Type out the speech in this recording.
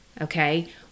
okay